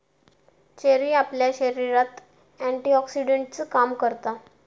cherry आपल्या शरीरात एंटीऑक्सीडेंटचा काम करता